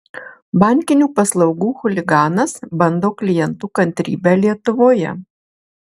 bankinių paslaugų chuliganas bando klientų kantrybę lietuvoje